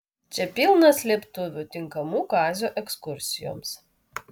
čia pilna slėptuvių tinkamų kazio ekskursijoms